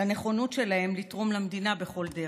הנכונות שלהם לתרום למדינה בכל דרך.